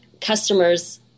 customers